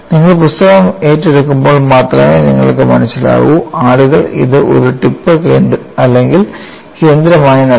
നിങ്ങൾ പുസ്തകം ഏറ്റെടുക്കുമ്പോൾ മാത്രമേ നിങ്ങൾക്ക് മനസ്സിലാകൂ ആളുകൾ ഇത് ഒരു ടിപ്പ് അല്ലെങ്കിൽ കേന്ദ്രമായി നൽകുന്നു